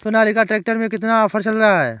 Sonalika tractor में कितना offer चल रहा है?